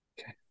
Okay